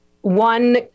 one